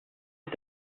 est